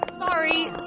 Sorry